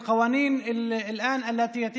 פה בכנסת דנים בחוקים מתוך כוונה שישמשו כלי